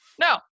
No